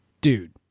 Dude